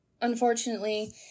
unfortunately